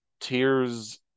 tears